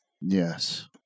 Yes